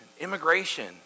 immigration